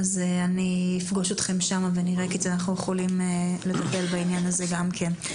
אז אני אפגוש אתכם שם ונראה כיצד אנחנו יכולים לטפל בעניין הזה גם כן.